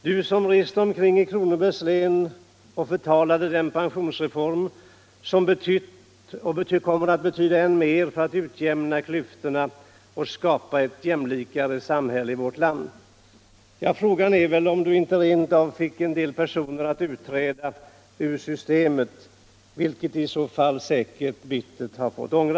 Du som reste omkring i Kronobergs län och förtalade den pensionsreform som betytt och kommer att betyda än mer för att utjämna klyftorna och skapa ett jämlikare samhälle i vårt land. Ja, frågan är väl om du inte rent av fick en del personer att utträda ur systemet, vilket de i så fall säkert bittert har fått ångra.